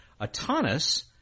Atanas